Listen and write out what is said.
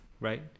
Right